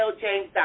James